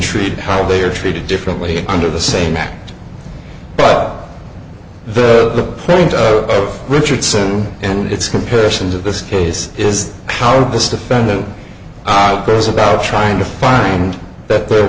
treated how they are treated differently under the same act but the playing of richardson and its comparisons of this case is how this defendant i goes about trying to find that there